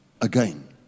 Again